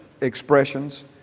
expressions